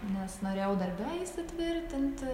nes norėjau darbe įsitvirtinti